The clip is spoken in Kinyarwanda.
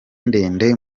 ndende